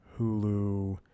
Hulu